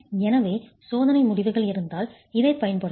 எனவே சோதனை முடிவுகள் இருந்தால் இதைப் பயன்படுத்தவும்